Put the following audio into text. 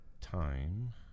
time